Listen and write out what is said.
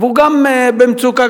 והוא גם נמצא במצוקה.